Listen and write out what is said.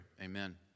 Amen